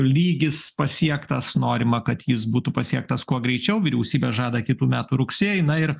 lygis pasiektas norima kad jis būtų pasiektas kuo greičiau vyriausybė žada kitų metų rugsėjį na ir